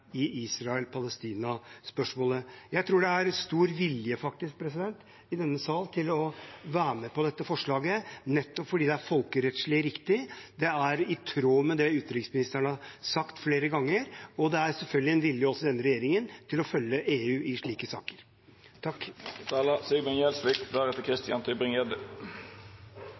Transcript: at Israel må følge folkeretten, eller om vi vil følge Donald Trumps linje. Debatten vi kommer til å få om dette til vinteren, vil nettopp være en test på om vi følger USA eller EU i Israel–Palestina-spørsmålet. Jeg tror faktisk det er stor vilje i denne sal til å være med på dette forslaget, nettopp fordi det er folkerettslig riktig, det er i tråd med det utenriksministeren har sagt flere ganger, og